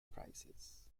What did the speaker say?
prices